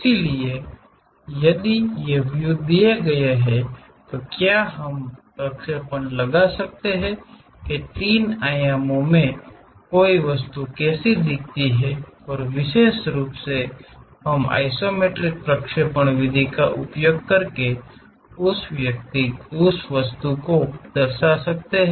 इसलिए यदि ये व्यू दिए गए हैं तो क्या हम प्रक्षेपण लगा सकते हैं कि तीन आयामों में कोई वस्तु कैसी दिखती है और विशेष रूप से हम आइसोमेट्रिक प्रक्षेपण विधि का उपयोग करके उस वस्तु को दर्शा सकते हैं